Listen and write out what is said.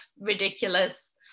ridiculous